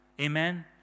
Amen